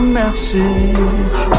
message